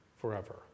forever